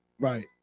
Right